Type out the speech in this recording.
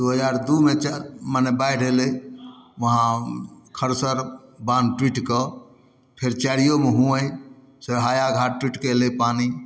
दुइ हजार दुइमे च मने बाढ़ि अएलै वहाँ खरसर बाँध टुटिके फेर चारिओमे हुँए से हाया घाट टुटिके अएलै पानी